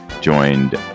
joined